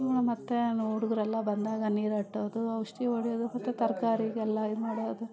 ನಮ್ಮತ್ತೇನೂ ಹುಡುಗ್ರೆಲ್ಲ ಬಂದಾಗ ನೀರಟ್ಟೋದು ಔಷಧಿ ಹೊಡಿಯೋದು ಮತ್ತು ತರಕಾಗೆಲ್ಲ ಇದ್ಮಾಡೋದು